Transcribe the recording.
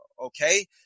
okay